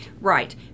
Right